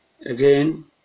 again